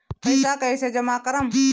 पैसा कईसे जामा करम?